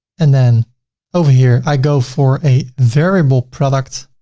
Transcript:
and then over here, i go for a variable product